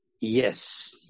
Yes